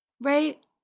Right